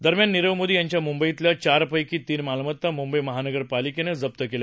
दरम्यान निरव मोदी यांच्या मुंबईतल्या चारपैकी तीन मालमत्ता मुंबई महानगरपालिकेनं काल जप्त केल्या